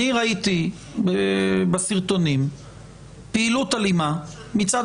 אני ראיתי בסרטונים פעילות אלימה מצד